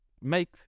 make